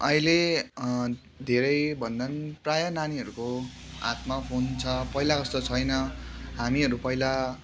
अहिले धेरै भन्दा पनि प्रायः नानीहरूको हातमा फोन छ पहिलाको जस्तो छैन हामीहरू पहिला